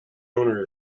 owner